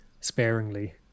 sparingly